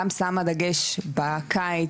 גם שמה דגש בקיץ,